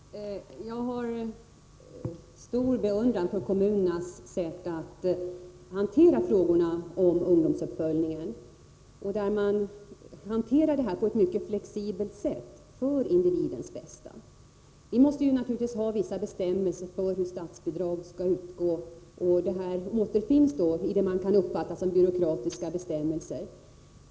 Herr talman! Jag har stor beundran för kommunernas sätt att hantera frågorna om ungdomsuppföljningen. Man hanterar detta på ett mycket flexibelt sätt för individens bästa. Vi måste naturligtvis ha vissa regler för hur statsbidrag skall utgå, och de återfinns i vad man kan uppfatta som byråkratiska bestämmelser.